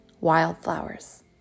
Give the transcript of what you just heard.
Wildflowers